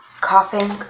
Coughing